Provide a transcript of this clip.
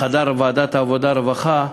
בחדר ועדת העבודה והרווחה,